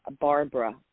Barbara